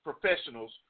professionals